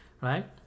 right